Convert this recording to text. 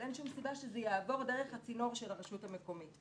אין שום סיבה שזה יעבור דרך הצינור של הרשות המקומית.